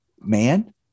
man